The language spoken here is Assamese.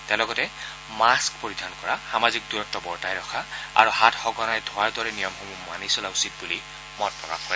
তেওঁ লগতে মাস্ক পৰিধান কৰা সামাজিক দূৰত্ব বৰ্তাই ৰখা আৰু হাত সঘনাই ধোৱাৰ দৰে নিয়মসমূহ মানি চলা উচিত বুলি মত প্ৰকাশ কৰে